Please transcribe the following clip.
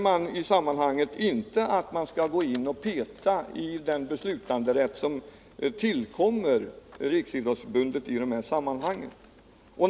Vi skall inte peta i den beslutanderätt som tillkommer Riksidrottsförbundet i dessa sammanhang.